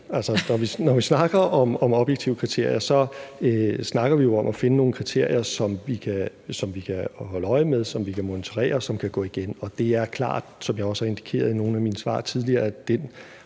Når vi snakker om objektive kriterier, snakker vi jo om at finde nogle kriterier, som vi kan holde øje med, som vi kan monitorere, og som kan gå igen. Og det er klart, som jeg også har indikeret i nogle af mine svar tidligere,